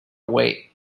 wait